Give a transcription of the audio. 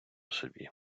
собі